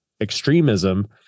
extremism